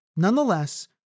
Nonetheless